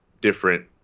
different